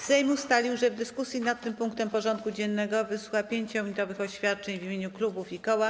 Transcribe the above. Sejm ustalił, że w dyskusji nad tym punktem porządku dziennego wysłucha 5-minutowych oświadczeń w imieniu klubów i koła.